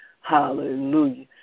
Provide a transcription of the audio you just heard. Hallelujah